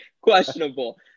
questionable